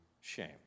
shame